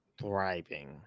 thriving